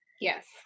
Yes